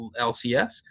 LCS